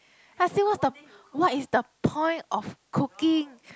I say what's the what is the point of cooking